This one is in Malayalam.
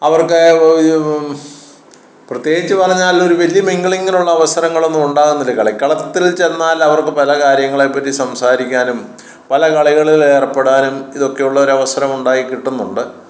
അവർക്ക് ഇതു പ്രത്യേകിച്ച് പറഞ്ഞാലൊരു വലിയ മിങ്കിളിങ്ങിനുള്ള അവസരങ്ങളൊന്നും ഉണ്ടാകുന്നില്ല കളിക്കളത്തിൽ ചെന്നാലവർക്ക് പല കാര്യങ്ങളെ പറ്റി സംസാരിക്കാനും പല കളികളിലേർപ്പെടാനും ഇതൊക്കെ ഉള്ളൊരവസരമുണ്ടാക്കി കിട്ടുന്നുണ്ട്